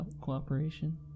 cooperation